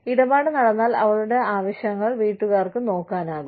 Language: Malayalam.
ഇടപാട് നടന്നാൽ അവളുടെ ആവശ്യങ്ങൾ വീട്ടുകാർക്ക് നോക്കാനാകും